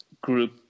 group